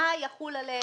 מה יחול עליהם?